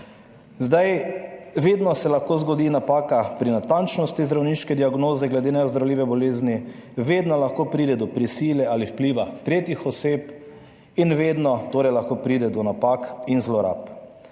napako. Vedno se lahko zgodi napaka pri natančnosti zdravniške diagnoze glede neozdravljive bolezni, vedno lahko pride do prisile ali vpliva tretjih oseb in vedno torej lahko pride do napak in zlorab.